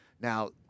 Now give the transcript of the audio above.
Now